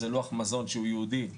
לוח מזון שהוא ייעודי ללוחמות,